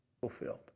fulfilled